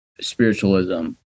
spiritualism